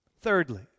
Thirdly